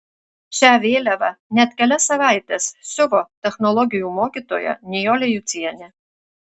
šią vėliavą net kelias savaites siuvo technologijų mokytoja nijolė jucienė